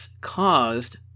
caused